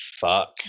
fuck